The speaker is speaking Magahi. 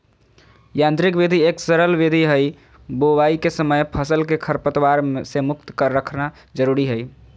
यांत्रिक विधि एक सरल विधि हई, बुवाई के समय फसल के खरपतवार से मुक्त रखना जरुरी हई